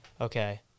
okay